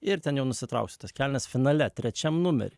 ir ten jau nusitrauksiu tas kelnes finale trečiam numerį